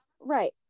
Right